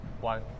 one